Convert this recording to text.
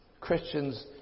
Christians